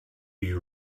you